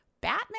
Batman